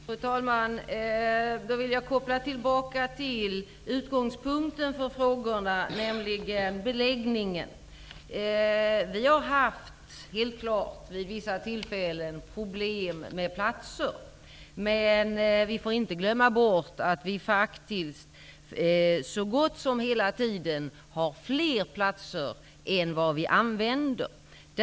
Fru talman! Jag vill göra en koppling till utgångspunkten för frågorna, nämligen beläggningen. Det har helt klart vid vissa tillfällen varit problem med platser. Men vi får inte glömma bort att det faktiskt så gott som hela tiden finns fler platser än man använder.